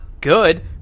good